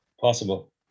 possible